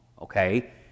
Okay